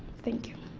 thank you.